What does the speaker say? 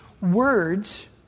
words